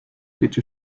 bitte